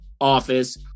office